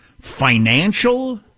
financial